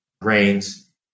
grains